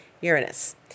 Uranus